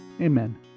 Amen